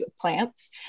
plants